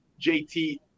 JT